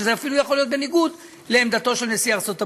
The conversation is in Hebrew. וזה אפילו יכול להיות בניגוד לעמדתו של נשיא ארצות הברית.